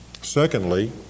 Secondly